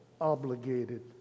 obligated